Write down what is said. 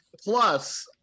Plus